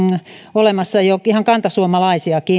olemassa jo ihan kantasuomalaisten